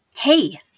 Hey